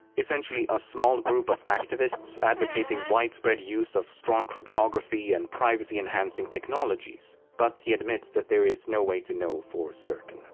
essentially a small group of activists advocating widespread use of strong cryptography and privacy-enhancing technologies but he admits that there is no way to know for certain.